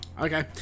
Okay